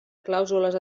clàusules